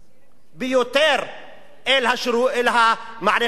ביותר למערכת הביטחונית.